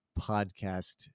podcast